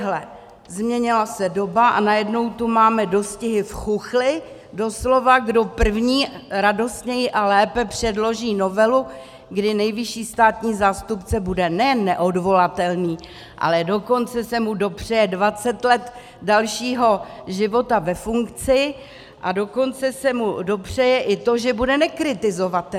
A ejhle, změnila se doba a najednou tu máme dostihy v Chuchli doslova kdo první radostněji a lépe předloží novelu, kdy nejvyšší státní zástupce bude nejen neodvolatelný, ale dokonce se mu dopřeje 20 let dalšího života ve funkci a dokonce se mu dopřeje i to, že bude nekritizovatelný.